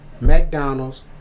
McDonald's